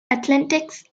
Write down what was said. athletics